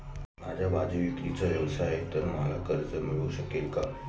माझा भाजीविक्रीचा व्यवसाय आहे तर मला कर्ज मिळू शकेल का?